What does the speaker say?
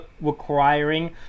requiring